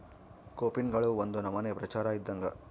ಕೋಪಿನ್ಗಳು ಒಂದು ನಮನೆ ಪ್ರಚಾರ ಇದ್ದಂಗ